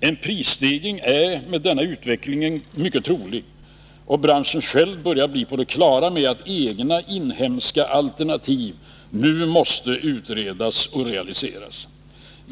En prisstegring är med denna utveckling mycket trolig, och branschen själv börjar bli på det klara med att egna, inhemska alternativ nu måste utredas och realiseras.